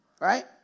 Right